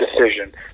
decision